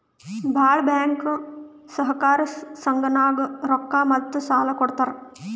ಭಾಳ್ ಬ್ಯಾಂಕ್ ಸಹಕಾರ ಸಂಘನಾಗ್ ರೊಕ್ಕಾ ಮತ್ತ ಸಾಲಾ ಕೊಡ್ತಾರ್